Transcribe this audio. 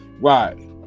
Right